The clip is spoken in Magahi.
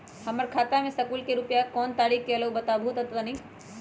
हमर खाता में सकलू से रूपया कोन तारीक के अलऊह बताहु त तनिक?